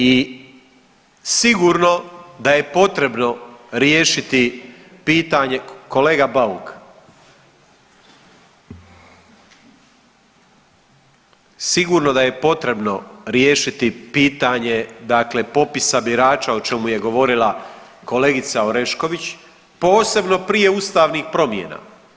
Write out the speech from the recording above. I sigurno da je potrebno riješiti pitanje, kolega Bauk, sigurno da je potrebno riješiti pitanje, dakle popisa birača o čemu je govorila kolegica Orešković, posebno prije ustavnih promjena.